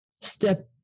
step